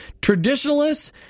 Traditionalists